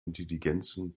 intelligenzen